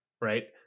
Right